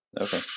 Okay